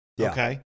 Okay